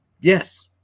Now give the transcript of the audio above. Yes